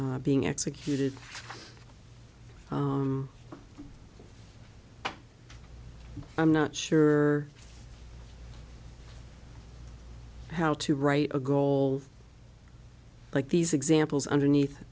s being executed i'm not sure how to write a goal like these examples underneath